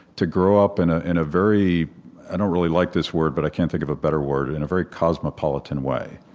to grow up in ah in a very i don't really like this word, but i can't think of a better word in a very cosmopolitan way.